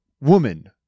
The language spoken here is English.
woman